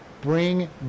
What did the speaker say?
Bring